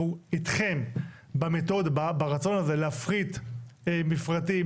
אנחנו אתכם ברצון הזה להפריט מפרטים,